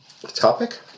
topic